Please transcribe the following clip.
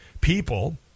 people